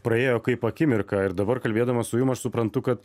praėjo kaip akimirka ir dabar kalbėdamas su jum aš suprantu kad